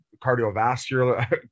cardiovascular